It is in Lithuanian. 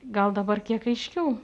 gal dabar kiek aiškiau